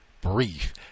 Brief